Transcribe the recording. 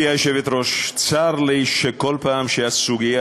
כבוד סגן